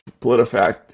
PolitiFact